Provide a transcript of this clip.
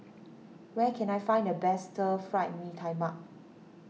where can I find the best Stir Fried Mee Tai Mak